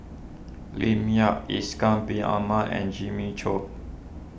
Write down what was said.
Lim Yau Ishak Bin Ahmad and Jimmy Chok